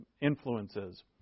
influences